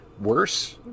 worse